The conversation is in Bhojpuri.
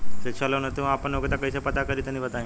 शिक्षा लोन हेतु हम आपन योग्यता कइसे पता करि तनि बताई?